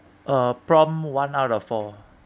uh prompt one out of four